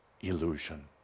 illusion